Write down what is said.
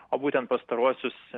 o būtent pastaruosius